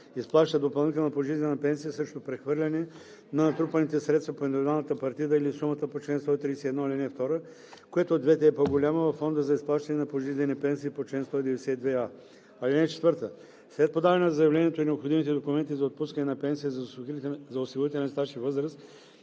изплаща допълнителна пожизнена пенсия срещу прехвърляне на натрупаните средства по индивидуалната партида или сумата по чл. 131, ал. 2, което от двете е по-голямо, във фонда за изплащане на пожизнени пенсии по чл. 192а. (4) След подаване на заявлението и необходимите документи за отпускане на пенсия за осигурителен стаж и възраст